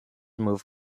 move